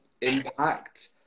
impact